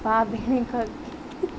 भाउ भेण गॾु